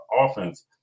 offense